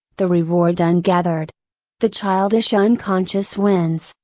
the reward ungathered. the childish unconscious wins,